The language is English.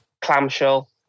clamshell